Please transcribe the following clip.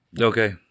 Okay